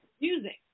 music